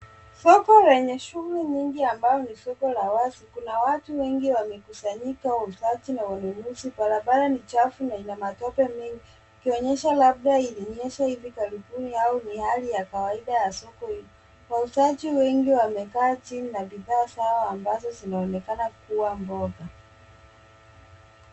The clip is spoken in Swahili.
Soko lenye shughuli nyingi ambao ni soko la wazi. Kuna watu wengi wamekusanyika wauzaji na wanunuzi. Barabara ni chafu na ina matope mengi, ikionyesha labda ilinyesha hivi karibuni au ni hali ya kawaida ya soko hii. Wauzaji wengi wamekaa chini na bidhaa zao ambazo zinaonekana kuwa mboga.